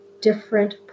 different